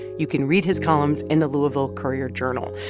you can read his columns in the louisville courier-journal.